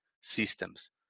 systems